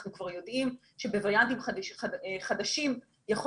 אנחנו כבר יודעים שבווריאנטים חדשים יכול